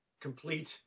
complete